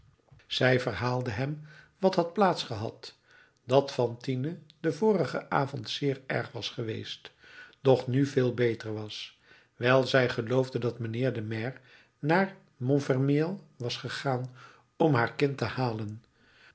zij verhaalde hem wat had plaats gehad dat fantine den vorigen avond zeer erg was geweest doch nu veel beter was wijl zij geloofde dat mijnheer de maire naar montfermeil was gegaan om haar kind te halen